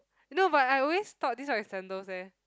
no but I always thought this one is sandals eh